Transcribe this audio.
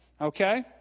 Okay